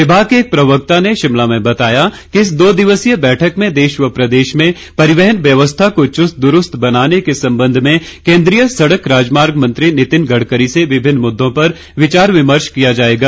विभाग के एक प्रवक्ता ने शिमला में बताया कि इस दो दिवसीय बैठक में देश व प्रदेश में परिवहन व्यवस्था को चुस्त दुरूस्त बनाने के संबंध में केंद्रीय सड़क राजमार्ग मंत्री नितिन गडकरी से विभिन्न मुद्दों पर विचार विमर्श किया जायेगा